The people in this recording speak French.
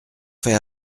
fait